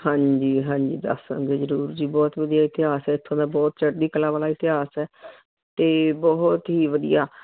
ਹਾਂਜੀ ਹਾਂਜੀ ਦੱਸਾਂਗੇ ਜ਼ਰੂਰ ਜੀ ਬਹੁਤ ਵਧੀਆ ਇਤਿਹਾਸ ਇੱਥੋਂ ਦਾ ਬਹੁਤ ਚੜ੍ਹਦੀ ਕਲਾ ਵਾਲਾ ਇਤਿਹਾਸ ਹੈ ਅਤੇ ਬਹੁਤ ਹੀ ਵਧੀਆ